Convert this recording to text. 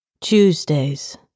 Tuesdays